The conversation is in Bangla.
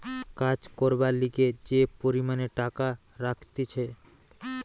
কাজ করবার লিগে যে পরিমাণে টাকা রাখতিছে